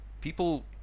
people